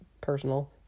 personal